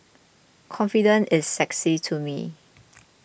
confidence is sexy to me